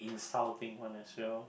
one as well